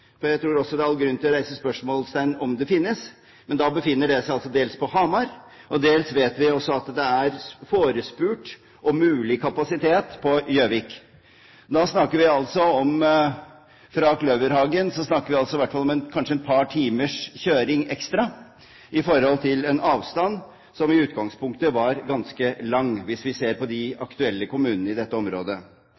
jeg tror det er all grunn til å sette spørsmålstegn ved om tilbudet finnes – delvis på Hamar, og vi vet også at det er forespurt om mulig kapasitet på Gjøvik. Fra Kløverhagen snakker vi altså om et par timers kjøring ekstra, i forhold til en avstand som i utgangspunktet var ganske lang, hvis vi ser på de